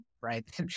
right